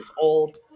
old